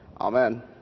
Amen